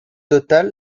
total